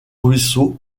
ruisseaux